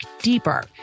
deeper